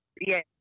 Yes